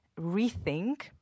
rethink